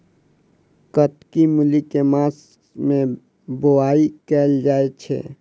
कत्की मूली केँ के मास मे बोवाई कैल जाएँ छैय?